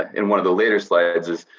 in one of the later slides is,